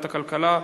זאת הקריאה השלישית,